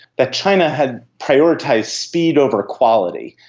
that china had prioritised speed over equality.